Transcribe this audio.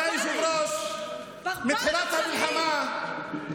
טונות של חומרי נפץ.